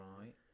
Right